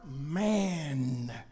man